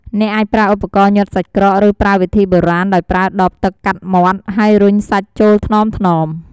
អ្នកអាចប្រើឧបករណ៍ញាត់សាច់ក្រក ឬប្រើវិធីបុរាណដោយប្រើដបទឹកកាត់មាត់ ហើយរុញសាច់ចូលថ្នមៗ។